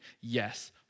yes